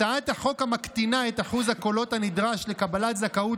הצעת החוק המקטינה את אחוז הקולות הנדרש לקבלת זכאות